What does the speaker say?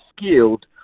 skilled